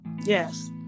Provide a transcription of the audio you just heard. Yes